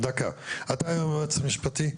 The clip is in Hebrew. אתה היועץ המשפטי,